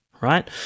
right